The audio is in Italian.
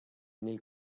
nel